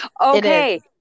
Okay